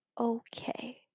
okay